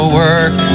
work